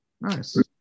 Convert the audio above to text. Nice